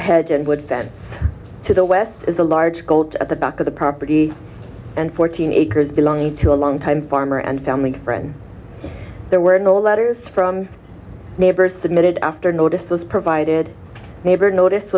hedge and would stand to the west is a large gold at the back of the property and fourteen acres belonging to a longtime farmer and family friend there were no letters from neighbors the minute after notices provided mayberg notice